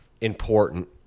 Important